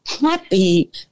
happy